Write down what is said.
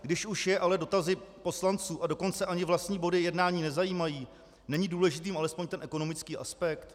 Když už je ale dotazy poslanců, a dokonce ani vlastní body jednání nezajímají, není důležitým alespoň ten ekonomický aspekt?